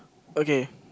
okay